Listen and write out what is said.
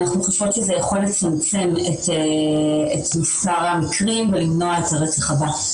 אנחנו חושבות שזה יכול לצמצם את מספר המקרים ולמנוע את הרצח הבא.